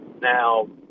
Now